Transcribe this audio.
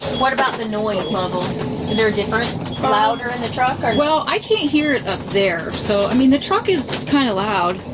what about the noise ah level? is there a difference louder in the truck? well, i can't hear it up there, so i mean the truck is kind of loud.